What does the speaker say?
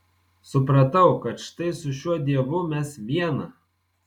supratau kad štai su šiuo dievu mes viena